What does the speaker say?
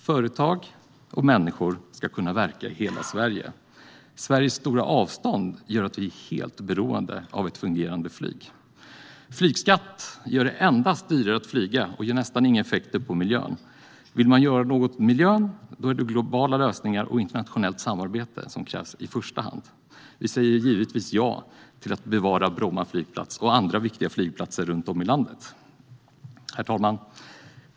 Företag och människor ska kunna verka i hela Sverige. Sveriges stora avstånd gör att vi är helt beroende av ett fungerande flyg. Flygskatt gör det endast dyrare att flyga och ger nästan inga effekter på miljön. Vill man göra något åt miljön är det globala lösningar och internationellt samarbete som krävs i första hand. Vi säger givetvis ja till att bevara Bromma flygplats och andra viktiga flygplatser runt om i landet. Herr talman!